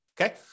okay